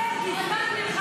תמנו,